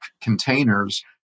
containers